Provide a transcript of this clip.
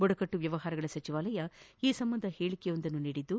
ಬುಡಕಟ್ಟು ವ್ಯವಹಾರಗಳ ಸಚಿವಾಲಯ ಈ ಸಂಬಂಧ ಹೇಳಕೆಯೊಂದನ್ನು ನೀಡಿದ್ದು